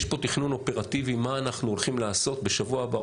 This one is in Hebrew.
יש פה תכנון אופרטיבי מה אנחנו הולכים לעשות בשבוע הבא,